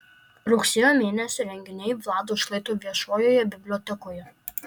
rugsėjo mėnesio renginiai vlado šlaito viešojoje bibliotekoje